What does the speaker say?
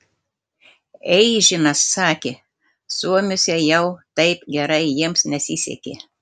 eižinas sakė suomiuose jau taip gerai jiems nesisekė